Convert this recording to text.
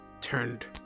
turned